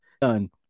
done